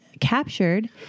captured